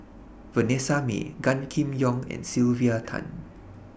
Vanessa Mae Gan Kim Yong and Sylvia Tan